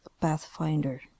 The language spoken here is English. pathfinder